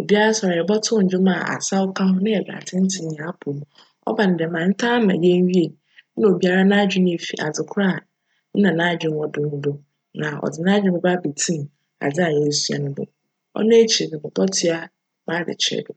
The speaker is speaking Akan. obiara sojr a yjbctow ndwom a asaw ka ho na yjdze atsentsen hjn apcw mu. Cba no djm a, ntaa ma yenwie no, nna obia n'adwen efi adze kor a nna n'adwen wc do no do na cdze n'adwen bjba ebetsim adze a yerusua no do, cno ekyir no, mobctoa m'adzekyerj do.